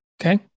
Okay